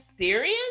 serious